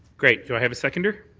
great, do i have a seconder?